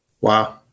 Wow